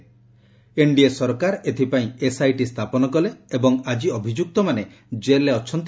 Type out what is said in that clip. ସେ କହିଛନ୍ତି ଏନ୍ଡିଏ ସରକାର ଏଥିପାଇଁ ଏସ୍ଆଇଟି ସ୍ଥାପନ କଲେ ଏବଂ ଆଜି ଅଭିଯୁକ୍ତମାନେ ଜେଲରେ ଅଛନ୍ତି